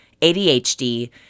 ADHD